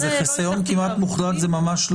את לא חייבת למזג גם את שלך בגלל ששלה מתמזגת.